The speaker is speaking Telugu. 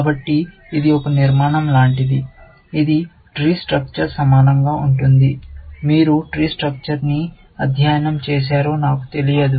కాబట్టి ఇది ఒక నిర్మాణం లాంటిది ఇది ట్రీ స్ట్రక్చర్ సమానంగా ఉంటుంది మీరు ట్రీ స్ట్రక్చర్ ని అధ్యయనం చేశారో నాకు తెలియదు